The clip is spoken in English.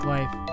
Life